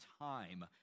time